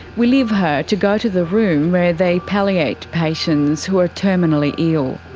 we leave her to go to the room where they palliate patients who are terminally ill.